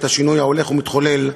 את השינוי ההולך ומתחולל,